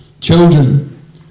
Children